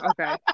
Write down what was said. okay